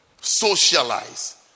Socialize